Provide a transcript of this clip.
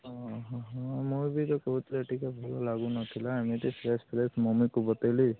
ହଁ ହଁ ମୁଁ ବି ତ କହୁଥିଲି ଟିକେ ଭଲ ଲାଗୁନଥିଲା ଏମିତି ଫ୍ରେଶ୍ ଫ୍ରେଶ୍ ମମିକୁ ବତେଇଲି